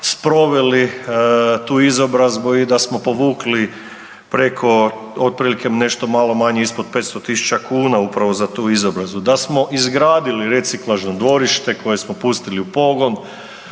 sproveli tu izobrazbu i da smo povukli preko otprilike, nešto malo manje ispod 500 tisuća kuna upravo za tu izobrazbu, da smo izgradili reciklažno dvorište, koje smo pustili u pogon,